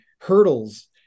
hurdles